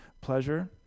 pleasure